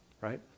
right